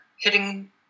hitting